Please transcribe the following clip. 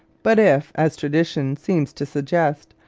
but if, as tradition seems to suggest,